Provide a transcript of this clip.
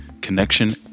connection